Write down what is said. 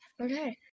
okay